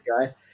guy